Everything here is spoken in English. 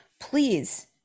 please